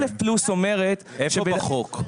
איפה בחוק?